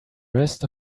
rest